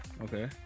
Okay